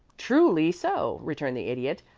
truly so, returned the idiot.